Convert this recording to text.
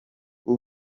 b’u